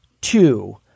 two